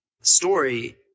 story